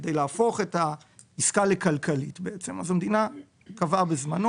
כדי להפוך את העסקה לכלכלית אז המדינה קבעה בזמנו,